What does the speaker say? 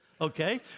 okay